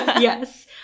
Yes